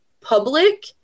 public